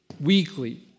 weekly